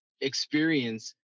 experience